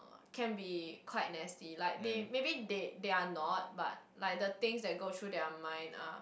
can be quite nasty like they maybe they they're not but the things that go through their mind are